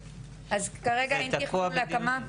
אז כרגע אין תכנון להקמה?